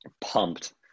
Pumped